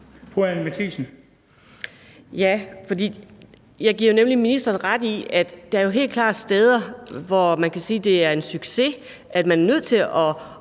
Jeg giver ministeren ret i, at der jo helt klart er steder, hvor man kan sige, at det er en succes, at man er nødt til at